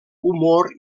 humor